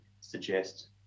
suggest